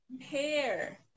Hair